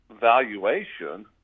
valuation